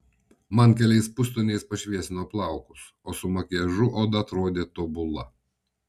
man keliais pustoniais pašviesino plaukus o su makiažu oda atrodė tobula